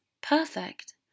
perfect